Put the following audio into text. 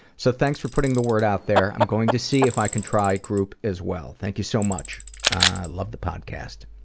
so thanks for putting the word out there. i'm going to see if i can try group as well. thank you so much, i love the podcast.